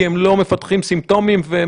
כי הם לא מפתחים סימפטומים והם,